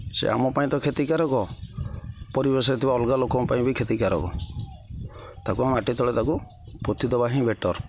ସେ ଆମ ପାଇଁ ତ କ୍ଷତିକାରକ ପରିବେଶରେ ଥିବା ଅଲଗା ଲୋକଙ୍କ ପାଇଁ ବି କ୍ଷତିକାରକ ତାକୁ ଆମ ମାଟି ତଳେ ତାକୁ ପୋତିଦେବା ହିଁ ବେଟର୍